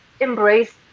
embrace